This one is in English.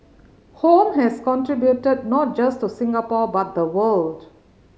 home has contributed not just to Singapore but the world